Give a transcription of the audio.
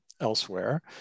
elsewhere